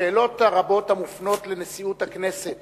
השאלות הרבות המופנות לנשיאות הכנסת